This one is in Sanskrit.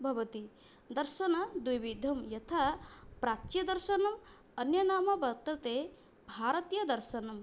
भवति दर्शनं द्विविधं यथा प्राच्यदर्शनम् अन्यनाम वर्तते भारतीयदर्शनम्